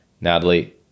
Natalie